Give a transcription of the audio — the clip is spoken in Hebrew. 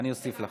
אני אוסיף לך.